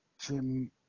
Jim